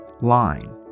line